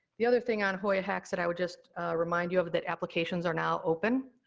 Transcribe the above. the other thing on hoya hacks that i would just remind you of, that applications are now open.